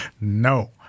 No